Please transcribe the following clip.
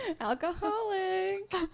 Alcoholic